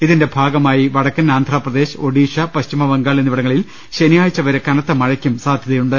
ഇതിന്റെ ഭാഗമായി പടക്കൻ ആന്ധ്രാപ്രദേശ് ഒഡീഷ പശ്ചിമബംഗാൾ എന്നിവിടങ്ങളിൽ ശനിയാഴ്ച വരെ കനത്ത മഴയ്ക്ക് സാധ്യതയു ണ്ട്